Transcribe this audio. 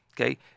Okay